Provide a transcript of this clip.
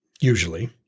usually